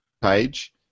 page